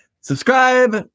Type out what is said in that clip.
Subscribe